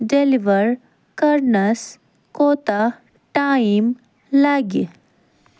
deliver کرنس کوٗتاہ time لگہِ